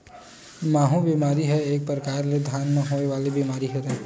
माहूँ बेमारी ह एक परकार ले धान म होय वाले बीमारी हरय